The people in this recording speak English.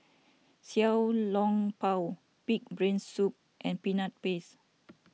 Xiao Long Bao Pig Brain Soup and Peanut Paste